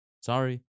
Sorry